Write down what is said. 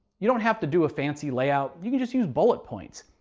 you don't have to do a fancy layout. you can just use bullet points.